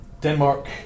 Denmark